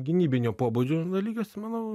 gynybinio pobūdžio dalykas tai manau